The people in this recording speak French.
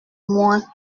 moins